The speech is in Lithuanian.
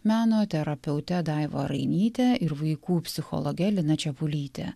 meno terapeute daiva rainyte ir vaikų psichologe lina čepulyte